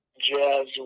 jazz